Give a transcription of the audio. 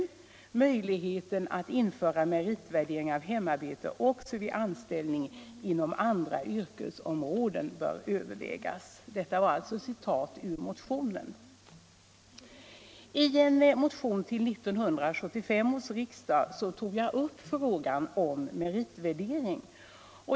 I motionen säger vi att ”möjligheterna att införa meritvärdering av hemarbete också vid anställning inom andra yrkesområden bör övervägas”. I en motion till 1975 års riksdag tog jag upp frågan om meritvärdering.